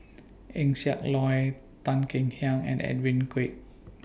Eng Siak Loy Tan Kek Hiang and Edwin Koek